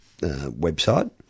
website